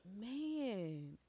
man